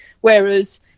Whereas